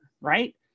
right